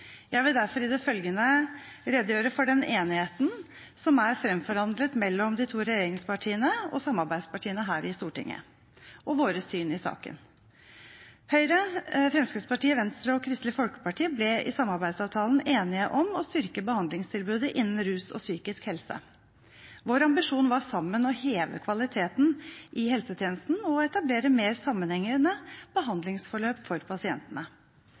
Jeg vil derfor i det følgende redegjøre for den enigheten som er framforhandlet mellom de to regjeringspartiene og samarbeidspartiene her i Stortinget, og vårt syn i saken. Høyre, Fremskrittspartiet, Venstre og Kristelig Folkeparti ble i samarbeidsavtalen enige om å styrke behandlingstilbudet innen rus og psykisk helse. Vår ambisjon var sammen å heve kvaliteten i helsetjenesten og å etablere mer sammenhengende behandlingsforløp for pasientene.